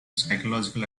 psychological